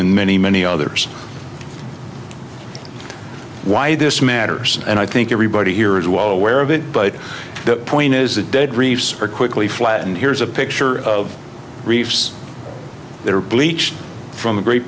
in many many others why this matters and i think everybody here is well aware of it but the point is that dead reefs are quickly flattened here's a picture of reefs that are bleached from the great